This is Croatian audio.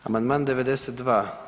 Amandman 92.